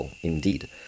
indeed